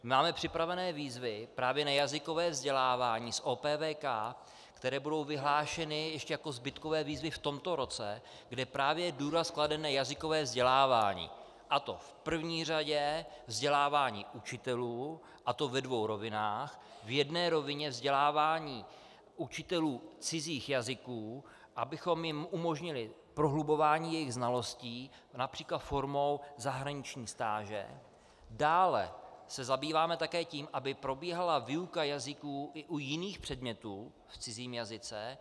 My máme připravené výzvy právě na jazykové vzdělávání s OP VK, které budou vyhlášeny ještě jako zbytkové výzvy v tomto roce, kde je právě důraz kladen na jazykové vzdělávání, a to v první řadě vzdělávání učitelů, a to ve dvou rovinách, v jedné rovině vzdělávání učitelů cizích jazyků, abychom jim umožnili prohlubování jejich znalostí například formou zahraniční stáže, dále se zabýváme také tím, aby probíhala výuka jazyků u jiných předmětů v cizím jazyce.